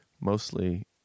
mostly